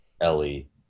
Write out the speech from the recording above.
ellie